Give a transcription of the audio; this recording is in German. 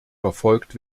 verfolgt